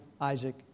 Isaac